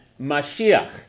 Mashiach